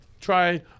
try